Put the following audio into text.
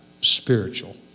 spiritual